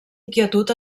inquietud